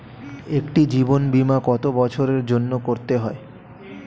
একটি জীবন বীমা কত বছরের জন্য করতে হয়?